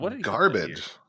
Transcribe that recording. Garbage